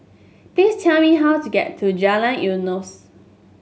please tell me how to get to Jalan Eunos